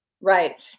Right